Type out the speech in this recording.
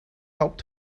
helped